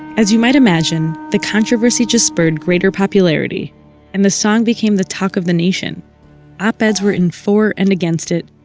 as you might imagine, the controversy just spurred greater popularity and the song became the talk of the nation op-eds were written for and against it,